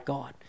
God